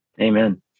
Amen